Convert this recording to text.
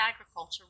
agriculture